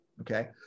okay